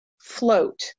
float